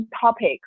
topic